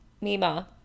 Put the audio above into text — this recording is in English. Mima